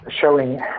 showing